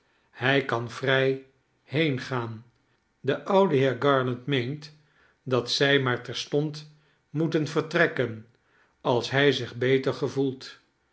hij kan vrij heengaan de oude heer garland meent dat zij maar terstond moeten vertrekken als hij zich beter gevoelt